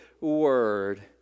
word